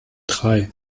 drei